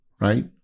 right